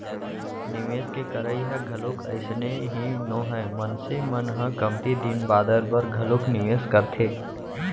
निवेस के करई ह घलोक अइसने ही नोहय मनसे मन ह कमती दिन बादर बर घलोक निवेस करथे